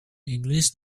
english